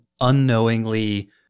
unknowingly